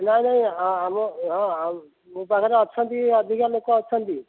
ନାହିଁ ନାହିଁ ଆମ ହଁ ମୋ ପାଖରେ ଅଛନ୍ତି ଅଧିକା ଲୋକ ଅଛନ୍ତି